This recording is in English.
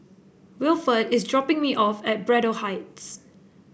Wilford is dropping me off at Braddell Heights